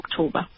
October